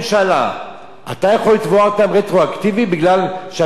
אתה יכול לתבוע אותם רטרואקטיבית בגלל שאתה עכשיו מציע את החוק?